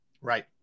Right